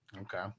Okay